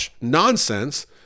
nonsense